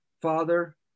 Father